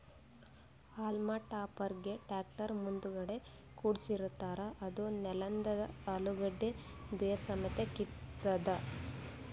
haulm ಟಾಪರ್ಗ್ tractor ಮುಂದಗಡಿ ಕುಡ್ಸಿರತಾರ್ ಅದೂ ನೆಲದಂದ್ ಅಲುಗಡ್ಡಿ ಬೇರ್ ಸಮೇತ್ ಕಿತ್ತತದ್